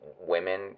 women